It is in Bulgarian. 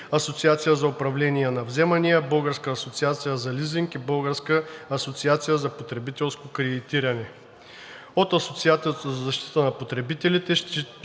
Асоциацията за управление на вземания, Българската асоциация за лизинг и Българската асоциация за потребителско кредитиране. От Асоциацията за защита на потребителите